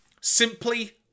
simply